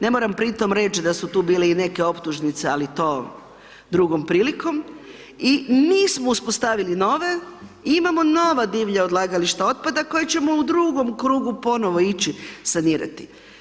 Ne moram pri tome reći da su tu bile i neke optužnice ali to drugom prilikom i nismo uspostavili nove i imamo nova divlja odlagališta otpada koje ćemo u drugom krugu ponovno ići sanirati.